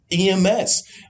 EMS